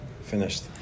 finished